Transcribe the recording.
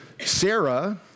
Sarah